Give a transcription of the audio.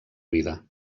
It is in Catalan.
vida